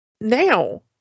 now